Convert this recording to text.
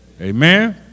Amen